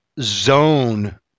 Zone